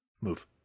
Move